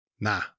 Nah